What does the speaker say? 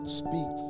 speak